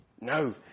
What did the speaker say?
No